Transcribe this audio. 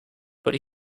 but